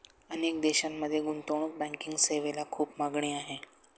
अनेक देशांमध्ये गुंतवणूक बँकिंग सेवेला खूप मागणी आहे